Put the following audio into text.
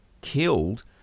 killed